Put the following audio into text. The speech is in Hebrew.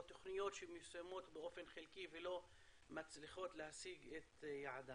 בתוכניות שמיושמות באופן חלקי ולא מצליחות להשיג את יעדן.